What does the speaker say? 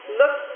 look